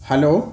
hello